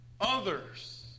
others